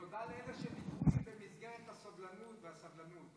תודה לאלה שוויתרו לי במסגרת הסובלנות והסבלנות.